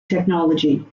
technology